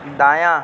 دایاں